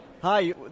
Hi